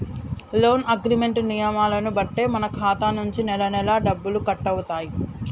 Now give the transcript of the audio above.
loan agreement నియమాలను బట్టే మన ఖాతా నుంచి నెలనెలా డబ్బులు కట్టవుతాయి